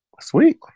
Sweet